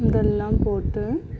இதெல்லாம் போட்டு